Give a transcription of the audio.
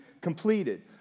completed